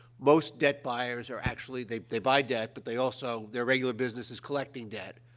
most debt buyers are actually they they buy debt, but they also their regular business is collecting debt.